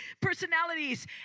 personalities